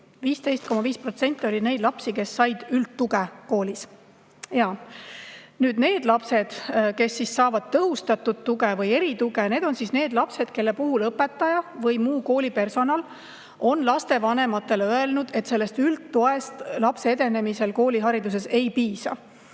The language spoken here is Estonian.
15,5% neid lapsi, kes said üldtuge koolis. Nüüd, need lapsed, kes saavad tõhustatud tuge või erituge, on need lapsed, kelle puhul õpetaja või muu kooli personal on lastevanematele öelnud, et üldtoest lapse edenemisel koolihariduses ei piisa.